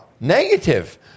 negative